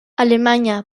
alemanya